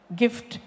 gift